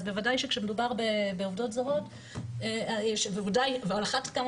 אז בוודאי שכשמדובר בעובדות זרות ועל אחת כמה